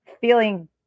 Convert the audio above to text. feeling